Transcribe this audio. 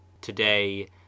Today